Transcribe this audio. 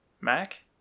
Mac